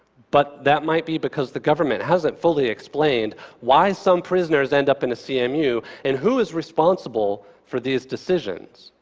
but that might be because the government hasn't fully explained why some prisoners end up in a cmu, and who is responsible for these decisions.